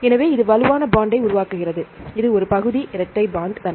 எனவே இது வலுவான பாண்ட் ஐ உருவாக்குகிறது இது ஒரு பகுதி இரட்டை பாண்ட் தன்மை